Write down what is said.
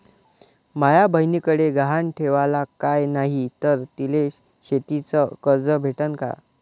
माया बयनीकडे गहान ठेवाला काय नाही तर तिले शेतीच कर्ज भेटन का?